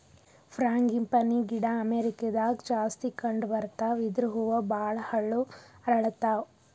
frangipani ಗಿಡ ಅಮೇರಿಕಾದಾಗ್ ಜಾಸ್ತಿ ಕಂಡಬರ್ತಾವ್ ಇದ್ರ್ ಹೂವ ಭಾಳ್ ಹಳ್ಳು ಅರಳತಾವ್